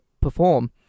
perform